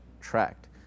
tracked